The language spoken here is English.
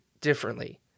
differently